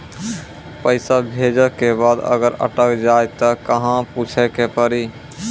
पैसा भेजै के बाद अगर अटक जाए ता कहां पूछे के पड़ी?